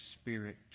Spirit